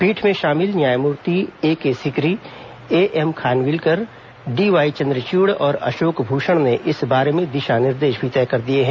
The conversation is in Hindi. पीठ में शामिल न्यायमूर्ति एकेसिकरी एएमखानविलकर डी वाईचन्द्रचूड़ और अशोक भूषण ने इस बारे में दिशा निर्देश भी तय कर दिए हैं